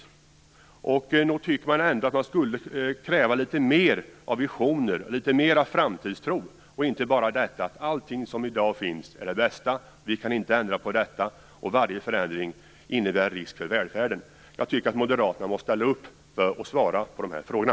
Nog tycker man ändå att man skulle kunna kräva litet mer av visioner och litet mer av framtidstro, och inte bara få höra att allting som finns i dag är det bästa, att vi inte kan ändra på det och att varje förändring innebär en risk för välfärden. Jag tycker att Moderaterna måste ställa upp och svara på de här frågorna.